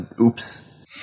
oops